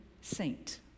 Saint